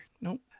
Nope